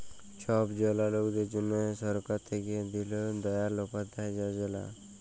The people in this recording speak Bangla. ছব জলা লকদের জ্যনহে সরকার থ্যাইকে দিল দয়াল উপাধ্যায় যজলা